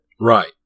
Right